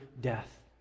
death